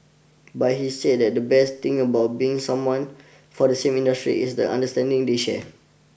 but he said that the best thing about being someone from the same industry is the understanding they share